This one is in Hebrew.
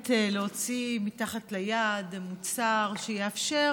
הכוונה הייתה באמת להוציא מתחת ליד מוצר שיאפשר